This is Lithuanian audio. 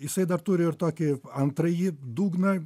jisai dar turi ir tokį antrąjį dugną